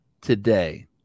today